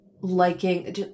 liking